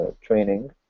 training